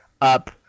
up